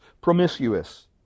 promiscuous